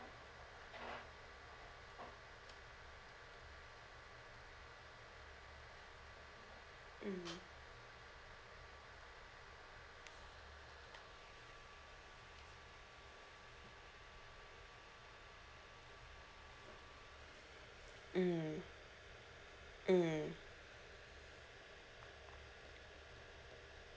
mm mm mm